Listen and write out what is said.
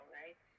right